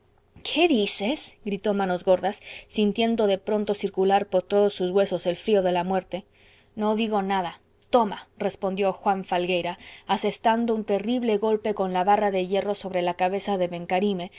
qué dices gritó manos gordas sintiendo de pronto circular por todos sus huesos el frío de la muerte no digo nada toma respondió juan falgueira asestando un terrible golpe con la barra de hierro sobre la cabeza de